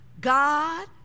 God